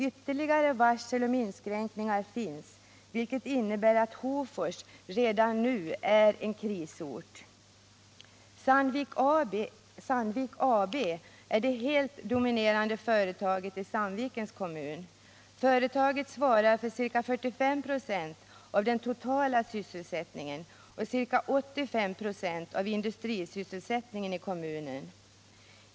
Ytterligare varsel om inskränkningar finns, vilket innebär att Hofors redan nu är en krisort. Sandvik AB är det helt dominerande företaget i Sandvikens kommun. Företaget svarar för ca 45 926 av den totala sysselsättningen och ca 85 96 av industrisysselsättningen i kommunen.